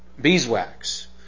beeswax